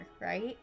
right